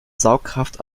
saugkraft